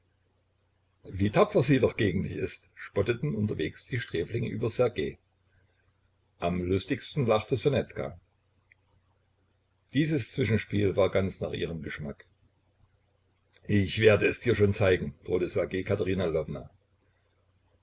wie tapfer sie doch gegen dich ist spotteten unterwegs die sträflinge über ssergej am lustigsten lachte ssonetka dieses zwischenspiel war ganz nach ihrem geschmack ich werde es dir schon zeigen